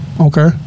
Okay